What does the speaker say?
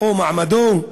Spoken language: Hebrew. או במעמדו,